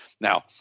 Now